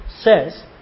says